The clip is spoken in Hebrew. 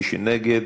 מי שנגד,